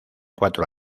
cuatro